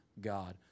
God